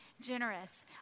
generous